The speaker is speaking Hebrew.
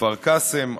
בכפר קאסם,